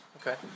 Okay